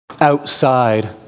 Outside